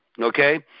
okay